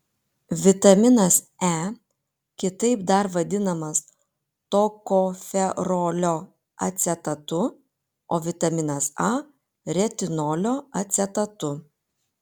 vitaminas e kitaip dar vadinamas tokoferolio acetatu o vitaminas a retinolio acetatu